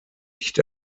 nicht